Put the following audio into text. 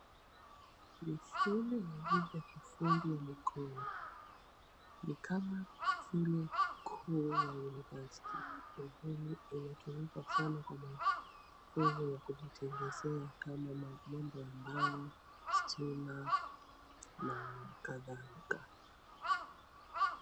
Ni shule ya ujuzi wa kiufundi ya mikono ni kama shule kuu ya University lakini inatumika sana kwa mafunzo ya kujitengezea kama mambo ya mbao stima na kadhalika.